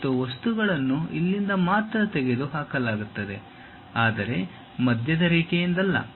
ಮತ್ತು ವಸ್ತುಗಳನ್ನು ಇಲ್ಲಿಂದ ಮಾತ್ರ ತೆಗೆದುಹಾಕಲಾಗುತ್ತದೆ ಆದರೆ ಮಧ್ಯದ ರೇಖೆಯಿಂದ ಅಲ್ಲ